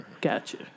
gotcha